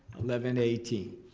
eleven eighteen,